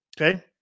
Okay